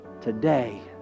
today